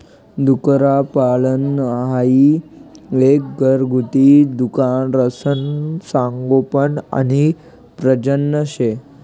डुक्करपालन हाई एक घरगुती डुकरसनं संगोपन आणि प्रजनन शे